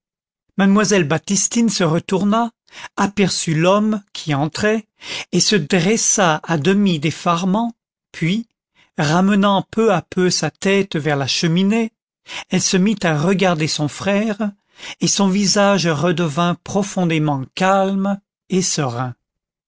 mademoiselle baptistine se retourna aperçut l'homme qui entrait et se dressa à demi d'effarement puis ramenant peu à peu sa tête vers la cheminée elle se mit à regarder son frère et son visage redevint profondément calme et serein